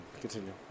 Continue